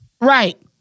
Right